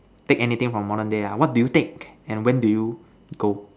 take anything from modern day ah what do you take and when do you go